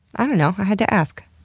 i don't know, i had to ask.